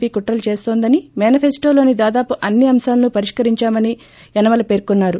P కుట్రలు చేస్తోందని మేనిఫెస్టోలోని దాదాపు అన్ని అంశాలనూ పరిష్కరిందామని యనమల పేర్కొన్నారు